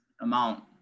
amount